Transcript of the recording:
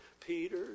Peter